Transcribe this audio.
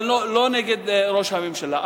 אבל לא נגד ראש הממשלה.